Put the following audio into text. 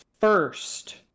first